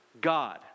god